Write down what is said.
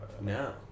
No